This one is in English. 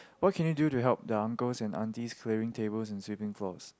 what can you do to help the uncles and aunties clearing tables and sweeping floors